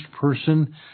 person